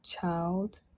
Child